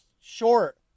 short